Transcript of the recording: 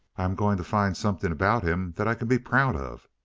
i am going to find something about him that i can be proud of.